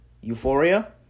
Euphoria